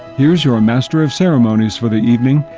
here's your ah master of ceremonies for the evening,